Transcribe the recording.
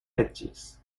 edges